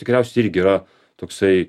tikriausiai irgi yra toksai